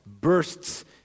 bursts